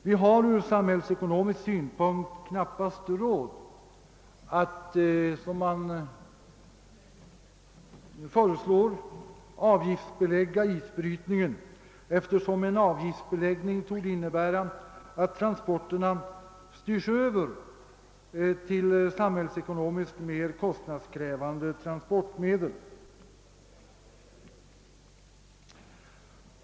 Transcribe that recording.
= Vi har från samhällsekonomisk synpunkt knappast råd att, så som föreslås, avgiftsbelägga isbrytningen, eftersom en avgiftsbeläggning torde innebära att transporterna styrs över till samhällsekonomiskt mer =: kostnadskrävande transportmedel.